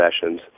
sessions